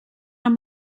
amb